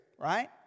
Right